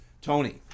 Tony